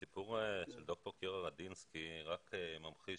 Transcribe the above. הסיפור של דוקטור קירה רדינסקי רק ממחיש